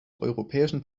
europäischen